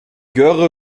göre